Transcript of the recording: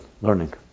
learning